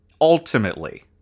ultimately